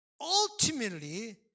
ultimately